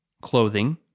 clothing